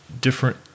different